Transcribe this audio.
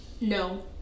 No